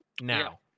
Now